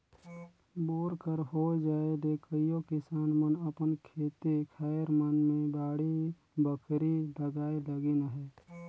bore कर होए जाए ले कइयो किसान मन अपन खेते खाएर मन मे बाड़ी बखरी लगाए लगिन अहे